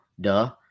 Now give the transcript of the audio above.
duh